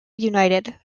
united